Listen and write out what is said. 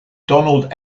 donald